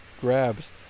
grabs